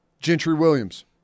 Gentry-Williams